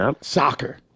soccer